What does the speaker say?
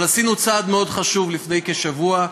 אבל עשינו צעד מאוד חשוב לפני כשבוע,